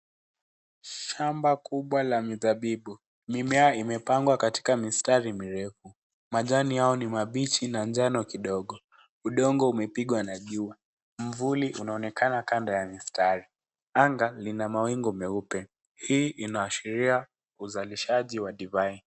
Shamba kubwa la mizabibu. Mimea imepangwa katika mistari mirefuw. Majani yao ni mabichi na njano kidogo. Udongo umepigwa na jua. Mvuli unaonekana kando ya mistari. Anga lina mawingu meupe. Hii inaashria uzalishaji wa divai.